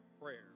prayer